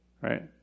Right